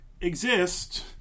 exist